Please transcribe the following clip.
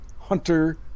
Hunter